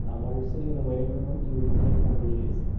while you're sitting in the waiting room, you take one of these.